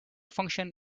function